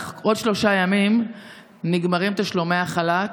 בעוד שלושה ימים נגמרים תשלומי החל"ת,